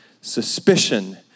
suspicion